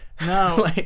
No